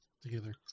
together